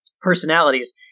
personalities